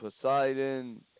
Poseidon